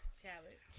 challenge